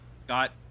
Scott